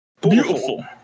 Beautiful